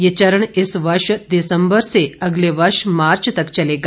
यह चरण इस वर्ष दिसंबर से अगले वर्ष मार्च तक चलेगा